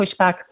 pushback